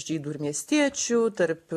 žydų ir miestiečių tarp